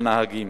לנהגים